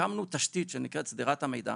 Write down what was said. הקמנו תשתית שנקראת 'שדרת המידע',